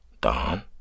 Don